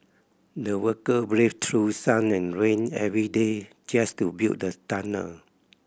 the worker braved through sun and rain every day just to build the tunnel